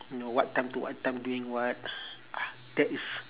you know what time to what time doing what ah that is